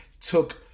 took